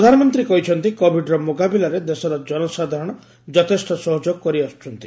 ପ୍ରଧାନମନ୍ତ୍ରୀ କହିଛନ୍ତି କୋବିଡ୍ର ମ୍ରକାବିଲାରେ ଦେଶର ଜନସାଧାରଣ ଯଥେଷ୍ଟ ସହଯୋଗ କରିଆସୁଛନ୍ତି